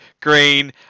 green